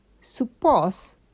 suppose